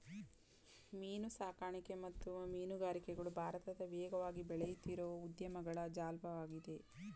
ಮೀನುಸಾಕಣೆ ಮತ್ತು ಮೀನುಗಾರಿಕೆಗಳು ಭಾರತದ ವೇಗವಾಗಿ ಬೆಳೆಯುತ್ತಿರೋ ಉದ್ಯಮಗಳ ಜಾಲ್ವಾಗಿದೆ